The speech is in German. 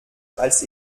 als